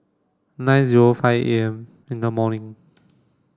nine zero five A M in the morning